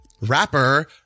rapper